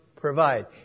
provide